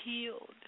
healed